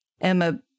Emma